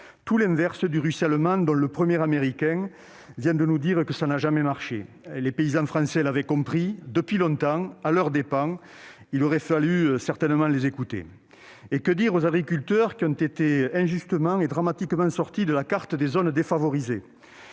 tout l'inverse du ruissellement, dont le premier des Américains vient de nous dire qu'il n'a jamais marché ... Les paysans français l'avaient compris depuis longtemps à leurs dépens. Il aurait certainement fallu les écouter ! Et que dire aux agriculteurs qui ont été injustement et dramatiquement sortis de la carte des zones défavorisées ?